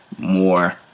more